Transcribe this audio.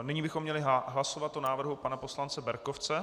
Nyní bychom měli hlasovat o návrhu pana poslance Berkovce.